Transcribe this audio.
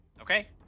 Okay